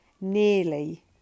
nearly